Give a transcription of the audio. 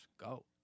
go